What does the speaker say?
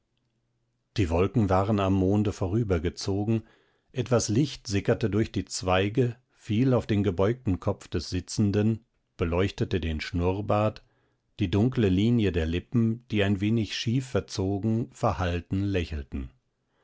die wolken waren am monde vorübergezogen etwas licht sickerte durch die zweige fiel auf den gebeugten kopf des sitzenden beleuchtete den schnurrbart die dunkle linie der lippen die ein wenig schief verzogen verhalten lächelten